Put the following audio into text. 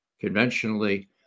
conventionally